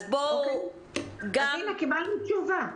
אז הנה, קיבלנו תשובה.